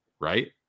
right